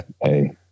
hey